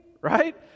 right